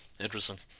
interesting